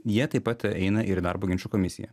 jie taip pat eina ir darbo ginčų komisiją